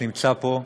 נמצא פה.